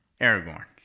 Aragorn